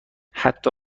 حتی